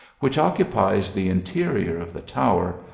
which occupies the interior of the tower,